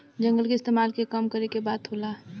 जंगल के इस्तेमाल के कम करे के बात होता